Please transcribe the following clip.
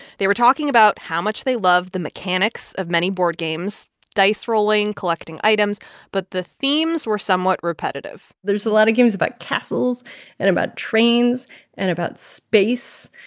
they were talking about how much they loved the mechanics of many board games dice rolling, collecting items but the themes were somewhat repetitive there's a lot of games about castles and about trains and about space,